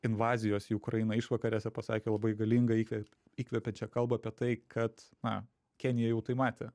invazijos į ukrainą išvakarėse pasakė labai galingą įkve įkvepiančią kalbą apie tai kad na kenija jau tai matė